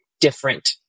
different